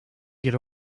get